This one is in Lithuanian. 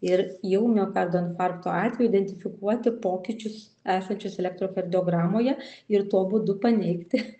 ir jau miokardo infarkto atveju identifikuoti pokyčius esančius elektrokardiogramoje ir tuo būdu paneigti